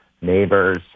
neighbors